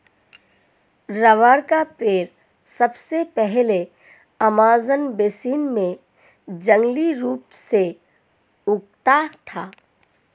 rubber का पेड़ सबसे पहले अमेज़न बेसिन में जंगली रूप से उगता था